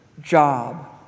job